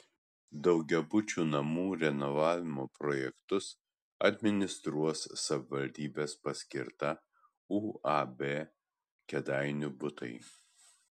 daugiabučių namų renovavimo projektus administruos savivaldybės paskirta uab kėdainių butai